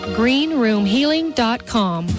greenroomhealing.com